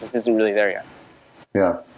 just isn't really there yet yeah,